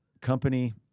company